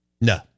No